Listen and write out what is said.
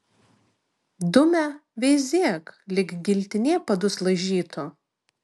dumia veizėk lyg giltinė padus laižytų